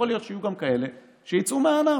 גם יכול להיות שיהיו כאלה שיצאו מהענף.